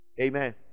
Amen